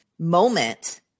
Moment